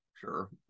sure